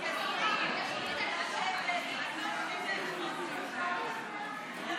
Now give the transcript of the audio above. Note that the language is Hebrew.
זה